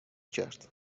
کرد